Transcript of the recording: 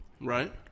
right